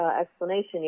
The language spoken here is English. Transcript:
explanation